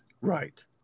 Right